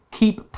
keep